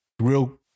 real